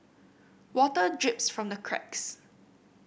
water drips from the cracks